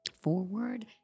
forward